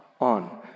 on